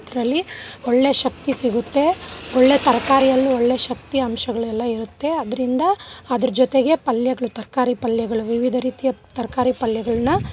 ಅದರಲ್ಲಿ ಒಳ್ಳೆ ಶಕ್ತಿ ಸಿಗುತ್ತೆ ಒಳ್ಳೆ ತರಕಾರಿಯಲ್ಲಿ ಒಳ್ಳೆ ಶಕ್ತಿ ಅಂಶಗಳೆಲ್ಲ ಇರುತ್ತೆ ಆದ್ರಿಂದ ಅದ್ರ ಜೊತೆಗೆ ಪಲ್ಯಗಳು ತರಕಾರಿ ಪಲ್ಯಗಳು ವಿವಿಧ ರೀತಿಯ ತರಕಾರಿ ಪಲ್ಯಗಳು